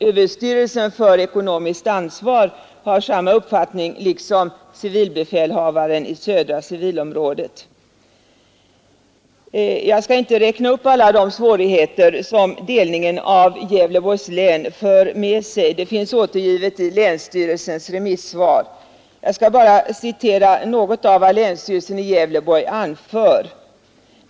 Överstyrelsen för ekonomiskt försvar har samma uppfattning, liksom civilbefälhavaren i Södra civilområdet. Jag skall inte räkna upp alla de svårigheter som delningen av Gävleborgs län för med sig — de finns återgivna i länsstyrelsens remissvar. Jag skall bara citera en del av vad länsstyrelsen i Gävleborg anfört.